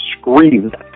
screamed